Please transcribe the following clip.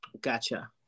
gotcha